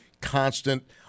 constant